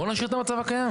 בואו נשאיר את המצב הקיים.